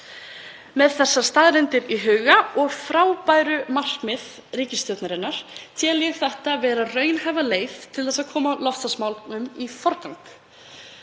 Með þessar staðreyndir í huga og frábær markmið ríkisstjórnarinnar tel ég þetta vera raunhæfa leið til að koma loftslagsmálunum í forgang